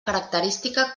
característica